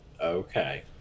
Okay